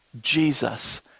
Jesus